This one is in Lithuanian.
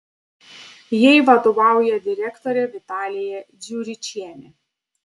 jai vadovauja direktorė vitalija dziuričienė